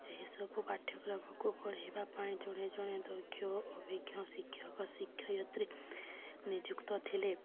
ଏହିସବୁ ପାଠ୍ୟକ୍ରମକୁ ପଢ଼ାଇବା ପାଇଁ ଜଣେ ଜଣେ ଦକ୍ଷ ଅଭିଜ୍ଞ ଶିକ୍ଷକ ଶିକ୍ଷୟତ୍ରୀ ନିଯୁକ୍ତ ଥିଲେ